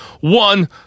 One